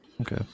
Okay